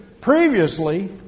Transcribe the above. previously